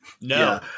No